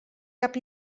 cap